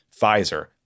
Pfizer